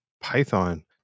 python